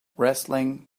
wrestling